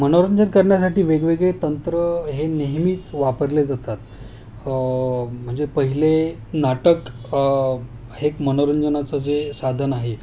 मनोरंजन करण्यासाठी वेगवेगळे तंत्र हे नेहमीच वापरले जातात म्हणजे पहिले नाटक हे मनोरंजनाचं जे साधन आहे